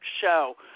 show